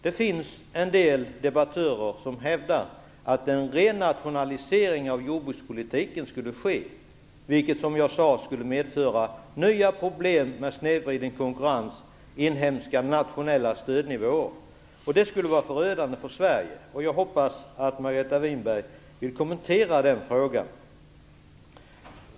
Det finns en del debattörer som hävdar att det skulle ske en renationalisering av jordbrukspolitiken, vilket - som jag sade - skulle medföra nya problem med snedvriden konkurrens och inhemska nationella stödnivåer. Det vore förödande för Sverige. Jag hoppas att Margareta Winberg vill kommentera den frågan.